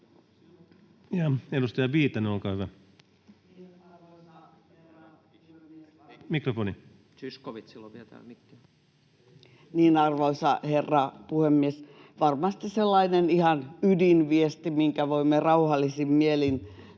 Edustaja Viitanen, olkaa hyvä. Arvoisa herra puhemies! Varmasti sellainen ihan ydinviesti, minkä voimme rauhallisin mielin todeta